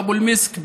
אבו אל-מסכ,